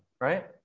right